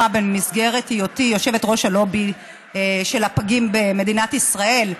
במסגרת היותי יושבת-ראש הלובי של הפגים במדינת ישראל.